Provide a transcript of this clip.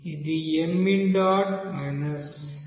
కు సమానం